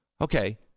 Okay